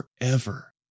forever